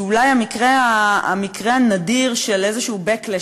אולי המקרה הנדיר של איזשהו backlash,